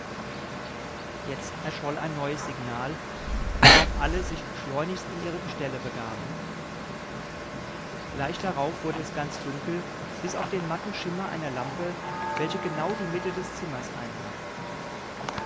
jetzt erscholl ein neues signal worauf alle sich schleunigst in ihre gestelle begaben gleich darauf wurde es ganz dunkel bis auf den matten schimmer einer lampe welche genau die mitte des zimmers einnahm